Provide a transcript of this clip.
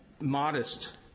modest –